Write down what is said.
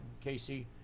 Casey